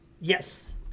Yes